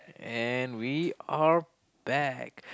and we are back